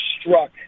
struck